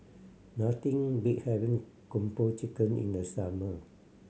nothing beats having Kung Po Chicken in the summer